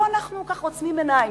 פה אנחנו ככה עוצמים עיניים.